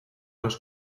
los